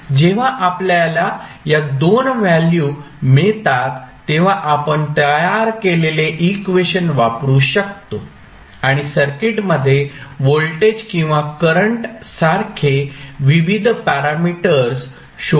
जेव्हा आपल्याला हया दोन व्हॅल्यू मिळतात तेव्हा आपण तयार केलेले इक्वेशन वापरू शकतो आणि सर्किटमध्ये व्होल्टेज किंवा करंट सारखे विविध पॅरामीटर्स शोधू शकतो